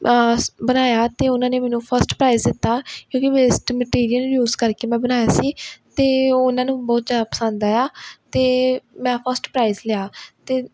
ਸ ਬਣਾਇਆ ਅਤੇ ਉਹਨਾਂ ਨੇ ਮੈਨੂੰ ਫਸਟ ਪ੍ਰਾਈਜ਼ ਦਿੱਤਾ ਕਿਉਂਕਿ ਵੇਸਟ ਮਟੀਰੀਅਲ ਯੂਜ ਕਰਕੇ ਮੈਂ ਬਣਾਇਆ ਸੀ ਅਤੇ ਉਹ ਉਹਨਾਂ ਨੂੰ ਬਹੁਤ ਜ਼ਿਆਦਾ ਪਸੰਦ ਆਇਆ ਅਤੇ ਮੈਂ ਫਸਟ ਪ੍ਰਾਈਜ਼ ਲਿਆ ਅਤੇ